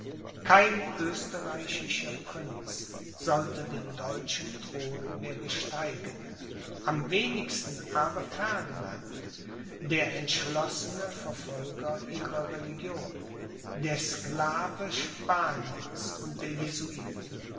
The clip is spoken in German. kein österreichischer prinz sollte den deutschen thron mehr besteigen am wenigsten aber ferdinand der entschlossene verfolger ihrer religion der sklave spaniens und der jesuiten